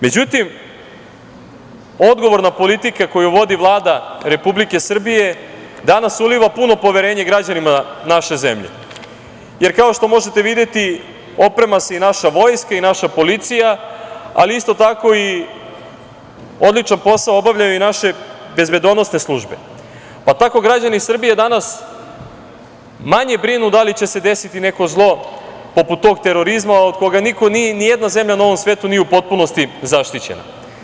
Međutim, odgovorna politika koju vodi Vlada Republike Srbije danas uliva puno poverenje građanima naše zemlje, jer kao što možete videti oprema se i naša vojska i naša policija, ali isto tako i odličan posao obavljaju i naše bezbednosne službe, pa tako građani Srbije danas manje brinu da li će se desiti neko zlo poput tog terorizma od koga ni jedna zemlja na ovom svetu nije u potpunosti zaštićena.